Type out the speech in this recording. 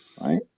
right